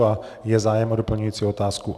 A je zájem o doplňující otázku?